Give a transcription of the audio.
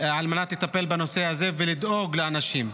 על מנת לטפל בנושא הזה ולדאוג לאנשים.